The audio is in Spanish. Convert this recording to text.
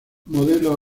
modelo